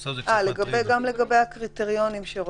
הנושא הזה קצת מטריד אותי.